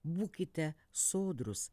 būkite sodrūs